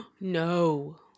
No